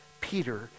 Peter